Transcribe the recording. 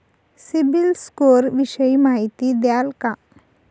CIBIL score विषयी माहिती द्याल का?